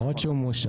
העבירות שהוא מואשם.